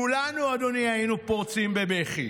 כולנו, אדוני, היינו פורצים בבכי,